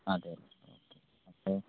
അതെയതെ ആ